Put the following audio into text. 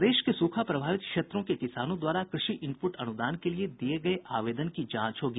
प्रदेश के सूखा प्रभावित क्षेत्रों के किसानों द्वारा कृषि इनपुट अनुदान के लिए दिये गये आवेदन की जांच होगी